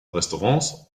restaurants